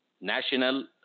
national